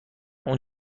اون